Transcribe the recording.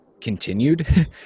continued